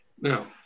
Now